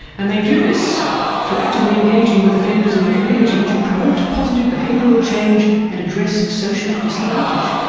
and they do this through actively engaging with offenders in the community to promote positive behavioural change and address social disadvantage.